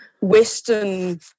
Western